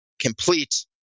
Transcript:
complete